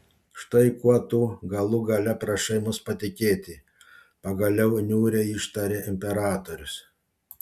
štai kuo tu galų gale prašai mus patikėti pagaliau niūriai ištarė imperatorius